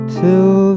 till